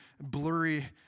blurry